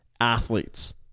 athletes